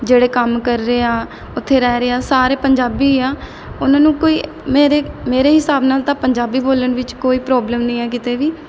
ਜਿਹੜੇ ਕੰਮ ਕਰ ਰਹੇ ਆ ਉੱਥੇ ਰਹਿ ਰਹੇ ਆ ਸਾਰੇ ਪੰਜਾਬੀ ਆ ਉਹਨਾਂ ਨੂੰ ਕੋਈ ਮੇਰੇ ਮੇਰੇ ਹਿਸਾਬ ਨਾਲ਼ ਤਾਂ ਪੰਜਾਬੀ ਬੋਲਣ ਵਿੱਚ ਕੋਈ ਪ੍ਰੋਬਲਮ ਨਹੀਂ ਹੈ ਕਿਤੇ ਵੀ